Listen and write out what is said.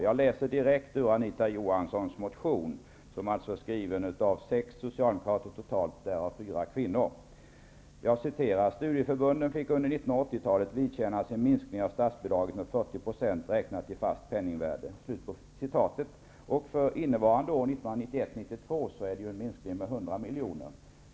Jag citerar ur Anita Johanssons motion som är skriven av totalt sex socialdemokrater, därav fyra kvinnor. ''Studieförbunden fick under 1980-talet vidkännas en minskning av statsbidraget med 40 % 1991/92 är minskningen 100 miljoner.